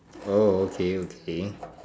oh okay okay